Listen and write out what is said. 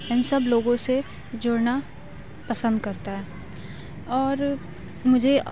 ان سب لوگوں سے جڑنا پسند کرتا ہے اور مجھے